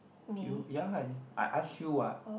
you ya I asked you what